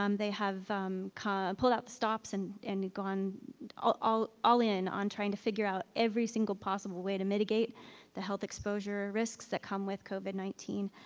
um they have pulled out the stops and and gone all all in on trying to figure out every single possible way to mitigate the health exposure risks that come with covid nineteen.